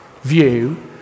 view